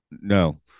no